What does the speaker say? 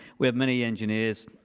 we have many engineers,